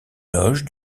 loge